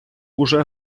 уже